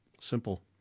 simple